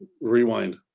rewind